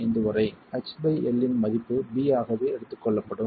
5 வரை h by l இன் மதிப்பு b ஆகவே எடுத்துக்கொள்ளப்படும்